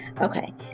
Okay